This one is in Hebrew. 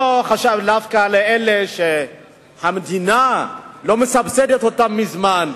דווקא עם אלה שהמדינה לא מסבסדת מזמן,